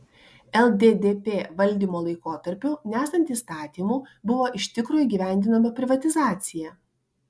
lddp valdymo laikotarpiu nesant įstatymų buvo iš tikro įgyvendinama privatizacija